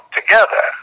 together